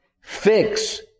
Fix